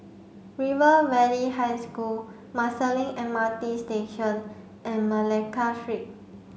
River Valley High School Marsiling M R T Station and Malacca Street